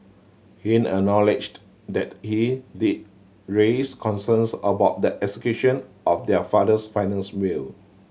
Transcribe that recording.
he acknowledged that he did raise concerns about the execution of their father's finals will